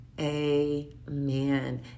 amen